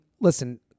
listen